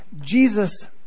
Jesus